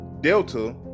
Delta